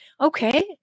Okay